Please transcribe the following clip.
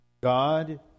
God